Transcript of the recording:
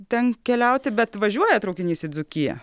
ten keliauti bet važiuoja traukinys į dzūkiją